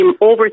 over